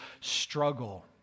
struggle